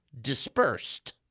dispersed